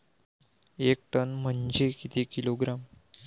एक टन म्हनजे किती किलोग्रॅम?